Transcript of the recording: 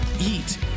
eat